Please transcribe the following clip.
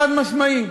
חד-משמעית.